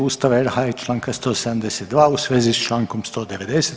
Ustava RH i Članka 172. u svezi s Člankom 190.